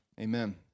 amen